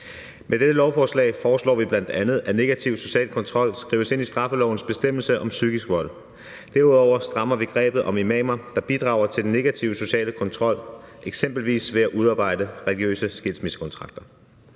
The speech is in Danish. Med dette lovforslag foreslår vi bl.a., at negativ social kontrol skrives ind i straffelovens bestemmelse om psykisk vold. Derudover strammer vi grebet om imamer, der bidrager til den negative sociale kontrol, eksempelvis ved at udarbejde religiøse skilsmissekontrakter.